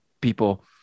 people